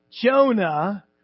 Jonah